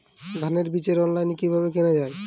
ধানের বীজ অনলাইনে কিভাবে কেনা যায়?